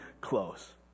close